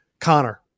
Connor